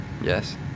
Yes